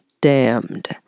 damned